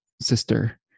sister